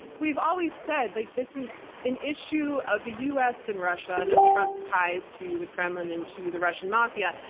we've always said like this is an issue of the us and russia, and of trump's ties to the kremlin and to the russian mafia.